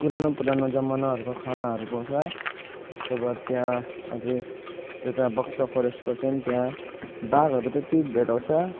पुरानो पुरानो जमानाहरूको खानाहरू पाउँछ त्यसको बाद त्यहाँ अझै त्यता बक्सा फरेस्टको चाहिँ त्यहाँ बाघहरू त्यत्ति भेटाउँछ